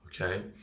okay